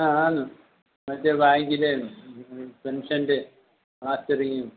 ആ ആണ് മറ്റേ ബാങ്കിലെ പെൻഷൻറെ മസ്റ്ററിങ്ങും